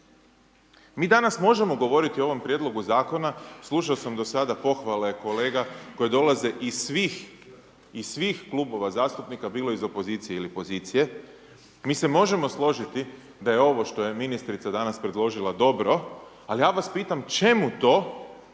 Mi danas možemo govoriti o ovome Prijedlogu Zakona, slušao sam do sada pohvale kolega koje dolaze iz svih klubova zastupnika, bilo iz opozicije ili pozicije. Mi se možemo složiti da je ovo što je ministrica danas predložila dobro, ali ja vas pitam čemu to,